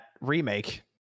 remake